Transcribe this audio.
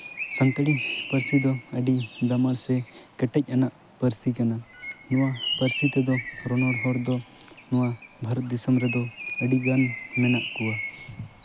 ᱥᱟᱱᱛᱟᱲᱤ ᱯᱟᱹᱨᱥᱤ ᱫᱚ ᱟᱹᱰᱤ ᱫᱟᱢᱟᱱ ᱥᱮ ᱠᱮᱴᱮᱡ ᱟᱱᱟᱜ ᱯᱟᱹᱨᱥᱤ ᱠᱟᱱᱟ ᱱᱚᱣᱟ ᱯᱟᱹᱨᱥᱤ ᱛᱮᱫᱚ ᱨᱚᱨᱚᱲ ᱦᱚᱲ ᱫᱚ ᱱᱚᱣᱟ ᱵᱷᱟᱨᱚᱛ ᱫᱤᱥᱚᱢ ᱨᱮᱫᱚ ᱟᱹᱰᱤᱜᱟᱱ ᱢᱮᱱᱟᱜ ᱠᱚᱣᱟ